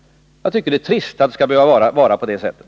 Jag tycker att det är trist att det skall behöva vara på det sättet.